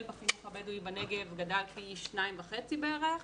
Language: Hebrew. בחינוך הבדואי בנגב גדל פי שניים וחצי בערך.